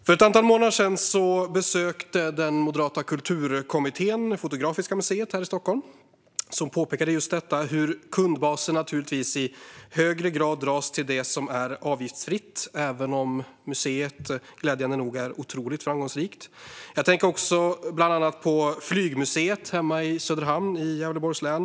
För ett antal månader sedan besökte den moderata kulturkommittén Fotografiska museet i Stockholm, som påpekade hur kundbasen naturligtvis i högre grad dras till det som är avgiftsfritt, även om museet är otroligt framgångsrikt, glädjande nog. Jag tänker också på bland annat Flygmuseet hemma i Söderhamn i Gävleborgs län.